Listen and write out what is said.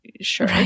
Sure